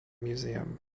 museum